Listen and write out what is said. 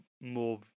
more